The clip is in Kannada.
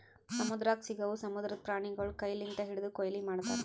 ಸಮುದ್ರದಾಗ್ ಸಿಗವು ಸಮುದ್ರದ ಪ್ರಾಣಿಗೊಳಿಗ್ ಕೈ ಲಿಂತ್ ಹಿಡ್ದು ಕೊಯ್ಲಿ ಮಾಡ್ತಾರ್